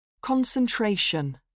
Concentration